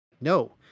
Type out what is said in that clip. no